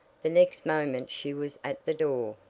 the next moment she was at the door.